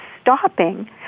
stopping